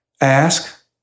ask